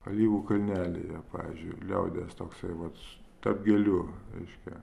alyvų kalnelyje pavyzdžiui liaudies toksai vat tarp gėlių reiškia